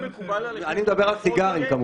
אני מדבר על סיגרים כמובן.